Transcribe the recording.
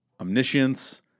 omniscience